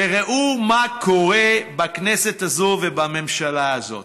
וראו מה קורה בכנסת הזאת ובממשלה הזאת.